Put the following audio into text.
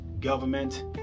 Government